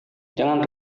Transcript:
jangan